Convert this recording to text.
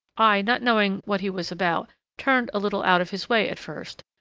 i not knowing what he was about turned a little out of his way at first,